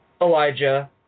Elijah